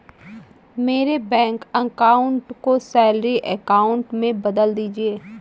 मेरे bank account को salary account में बदल दीजिए